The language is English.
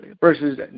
versus